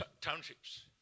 townships